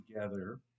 together